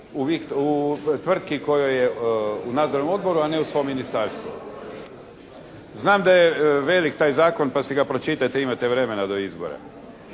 u tvrtki u kojoj je u nadzornom odboru, a ne u svom ministarstvu. Znam da je velik taj zakon, pa si ga pročitajte, imate vremena do izbora.